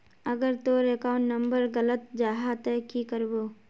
अगर तोर account number गलत जाहा ते की करबो?